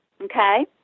Okay